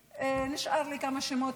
נשארו לי כמה שמות.